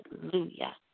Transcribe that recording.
hallelujah